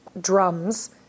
drums